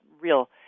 real